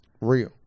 Real